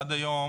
עד היום